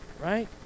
right